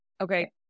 okay